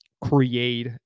create